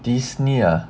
these ah